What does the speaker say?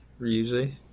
usually